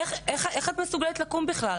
איך אפשר לקום בכלל?